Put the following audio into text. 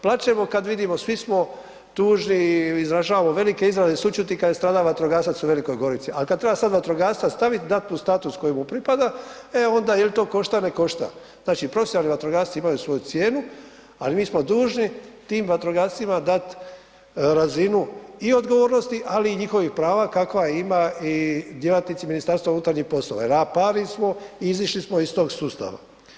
Plačemo kad vidimo, svi smo tužni i izražavamo velike izraze sućuti kad je strada vatrogasac u Velikoj Gorici, ali kad treba sad vatrogasca stavit dat mu status koji mu pripada e onda jel to košta, ne košta, znači profesionalni vatrogasci imaju svoju cijenu, ali mi smo dužni tim vatrogascima dat razinu i odgovornosti, ali i njihovih prava kakva ima i djelatnici MUP-a jer … [[Govornik se ne razumije]] i izišli smo iz tog sustava.